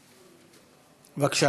בבקשה.